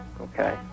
Okay